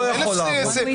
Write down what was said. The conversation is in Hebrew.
יש אלף סיפורים.